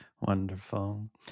wonderful